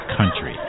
country